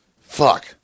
Fuck